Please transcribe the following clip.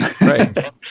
Right